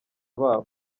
babo